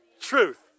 truth